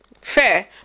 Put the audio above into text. fair